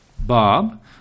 Bob